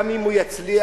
גם אם הוא יצליח,